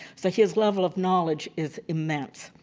so his level of knowledge is immense.